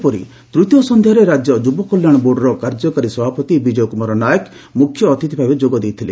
ସେହିଭଳି ତୂତୀୟ ସଂଧାରେ ରାଜ୍ୟ ଯୁବକଲ୍ୟାଣ ବୋର୍ଡର କାର୍ଯ୍ୟକାରୀ ସଭାପତି ବିଜୟ କୁମାର ନାୟକ ମୁଖ୍ୟଅତିଥି ଭାବେ ଯୋଗ ଦେଇଥିଲେ